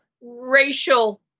racial